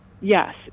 Yes